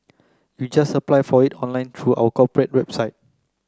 you just apply for it online through our corporate website